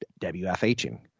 WFHing